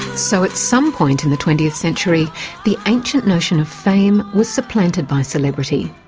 so at some point in the twentieth century the ancient notion of fame was supplanted by celebrity.